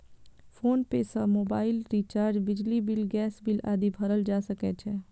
PhonePe सं mobile recharge, बिजली bill, gas bill आदि भरल जा सकै छै